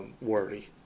worry